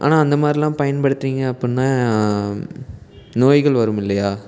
ஆனால் அந்த மாதிரிலாம் பயன்படுத்துவீங்க அப்படின்னா நோய்கள் வரும் இல்லையா